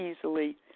easily